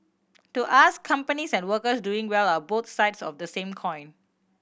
to us companies and workers doing well are both sides of the same coin